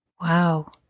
Wow